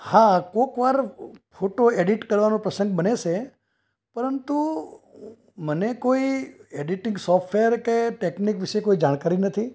હા કોઈકવાર photo edit કરવાનો પ્રસંગ બને છે પરંતુ મને કોઈ ઍડિટિંગ સૉફ્ટવેર કે ટૅક્નિક વિશે કોઈ જાણકારી નથી